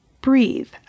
breathe